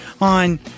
on